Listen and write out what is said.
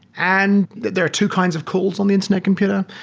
and that there are two kinds of calls on the internet computer.